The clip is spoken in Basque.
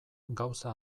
gauza